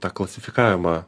tą klasifikavimą